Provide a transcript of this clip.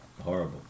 horrible